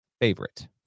favorite